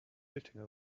sitting